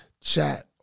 chat